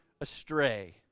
astray